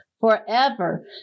forever